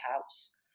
house